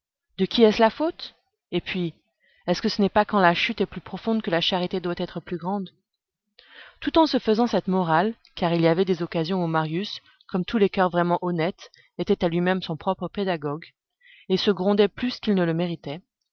de qui est-ce la faute et puis est-ce que ce n'est pas quand la chute est plus profonde que la charité doit être plus grande tout en se faisant cette morale car il y avait des occasions où marius comme tous les coeurs vraiment honnêtes était à lui-même son propre pédagogue et se grondait plus qu'il ne le méritait